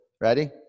ready